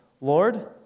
Lord